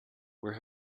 where